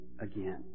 again